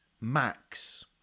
Max